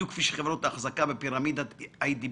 בדיוק כפי שחברות האחזקה בפירמידת אי.די.